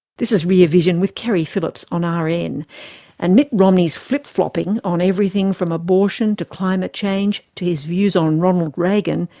this is rear vision with keri phillips on ah rn and mitt romney's flip flopping on everything from abortion to climate change to his views on ronald reagan,